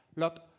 look,